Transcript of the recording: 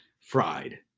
fried